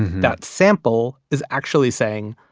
that sample is actually saying,